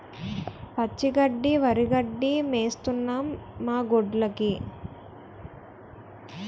పచ్చి గడ్డి వరిగడ్డి మేతేస్తన్నం మాగొడ్డ్లుకి